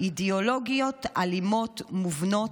אידיאולוגיות אלימות מובנות,